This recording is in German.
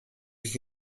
ich